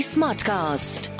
Smartcast